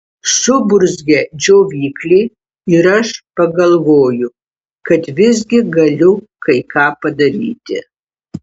suburzgia džiovyklė ir aš pagalvoju kad visgi galiu kai ką padaryti